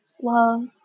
love